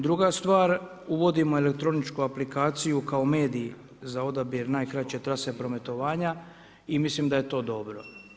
Druga stvar, uvodimo elektroničku aplikaciju kao medij za odabir najkraće trase prometovanja i mislim da je to dobro.